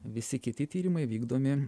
visi kiti tyrimai vykdomi